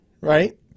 right